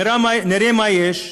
נראה מה יש.